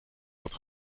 wat